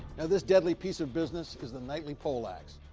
now, this deadly piece of business is the knightly poleaxe,